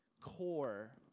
core